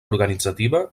organitzativa